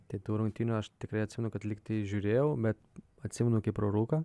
tai tų rungtynių aš tikrai atsimenu kad lygtai žiūrėjau bet atsimenu kaip pro rūką